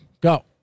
Go